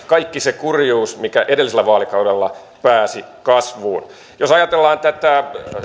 kaikki se kurjuus mikä edellisellä vaalikaudella pääsi kasvuun jos ajatellaan tätä